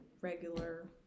regular